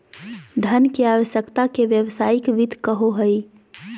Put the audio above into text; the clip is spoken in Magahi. धन के आवश्यकता के व्यावसायिक वित्त कहो हइ